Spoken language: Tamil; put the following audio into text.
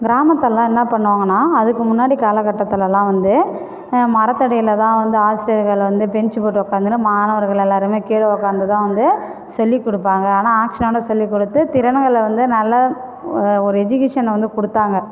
கிராமத்துலாம் என்ன பண்ணுவாங்கன்னா அதுக்கு முன்னாடி காலக்கட்டத்துலேலாம் வந்து அ மரத்தடியில் தான் வந்து ஆசிரியர்கள் வந்து பெஞ்ச் போட்டு உட்காந்துகினு மாணவர்கள் எல்லோருமே கீழே உட்காந்து தான் வந்து சொல்லி கொடுப்பாங்க ஆனால் ஆக்ஷனோடய சொல்லி கொடுத்து திறனுகளை வந்து நல்லா ஒரு எஜிகேஷனை வந்து கொடுத்தாங்க